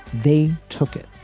they took it.